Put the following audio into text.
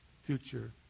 future